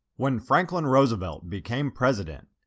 when franklin roosevelt became president,